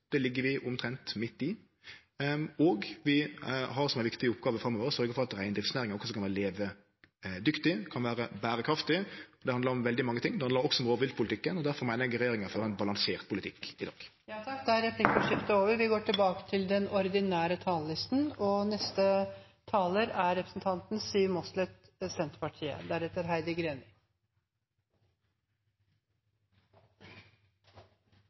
Det ligg vi omtrent midt i. Og vi har som ei viktig oppgåve framover å sørgje for at reindriftsnæringa også kan vere levedyktig og berekraftig. Det handlar om veldig mange ting. Det handlar også om rovviltpolitikken. Difor meiner eg regjeringa fører ein balansert politikk i dag. Replikkordskiftet er dermed over. De talere som heretter får ordet, har også en taletid på inntil 3 minutter. Aller først må jeg beklage overfor reineierne. Senterpartiet